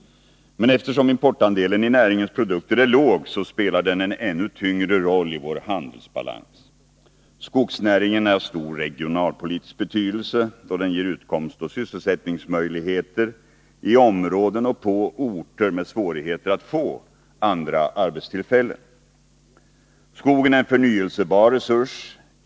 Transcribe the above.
Men eftersom importandelen i näringens produkter är låg spelar den en ännu tyngre roll i vår handelsbalans. Skogsnäringen är av stor regionalpolitisk betydelse eftersom den ger utkomst och sysselsättningsmöjligheter i områden och på orter med svårigheter att få andra arbetstillfällen. Skogen är en förnyelsebar resurs.